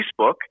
Facebook